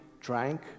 drank